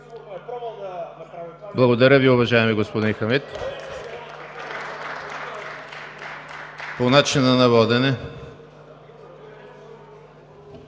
Благодаря Ви, уважаеми господин Хамид. По начина на водене.